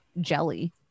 jelly